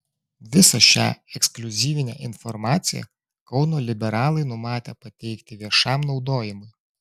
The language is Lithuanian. visą šią ekskliuzyvinę informaciją kauno liberalai numatę pateikti viešam naudojimui